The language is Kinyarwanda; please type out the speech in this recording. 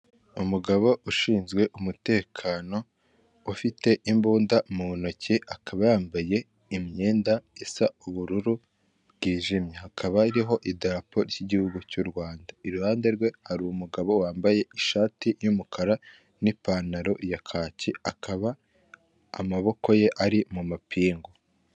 Umugabo ushinzwe umutekano ufite imbunda mu ntoki akaba yambaye imyenda isa ubururu bwijimye hakaba hariho idapo ry'igihugu cy'u Rwanda, iruhande rwe hari umugabo wambaye ishati y'umukara n'ipantaro ya kaki akaba amaboko ye ari mu mapingu.